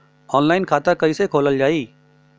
Online खाता कईसे खोलल जाई?